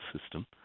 system